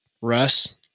Russ